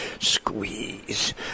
Squeeze